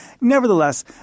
Nevertheless